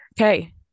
Okay